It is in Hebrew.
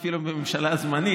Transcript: אפילו בממשלה זמנית.